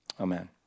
Amen